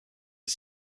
est